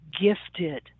gifted